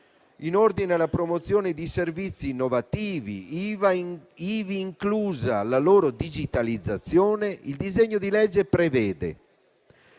In ordine alla promozione di servizi innovativi, ivi inclusa la loro digitalizzazione, il disegno di legge prevede